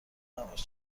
نباش